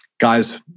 guys